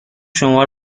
شما